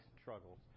struggles